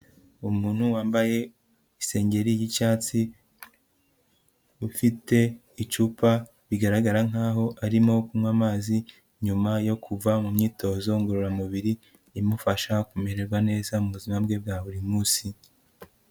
Umuntu wambaye isengeri y'icyatsi, ufite icupa rigaragara nkaho arimo kunywa amazi, nyuma yo kuva mu myitozo ngororamubiri, imufasha kumererwa neza mu buzima bwe bwa buri munsi.